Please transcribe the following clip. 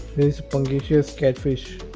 is catfish.